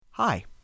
Hi